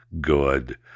good